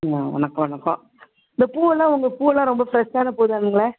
வணக்க வணக்க இந்த பூவெல்லாம் உங்க பூவெல்லாம் ரொம்ப ஃப்ரஷ்ஷான பூ தானுங்களே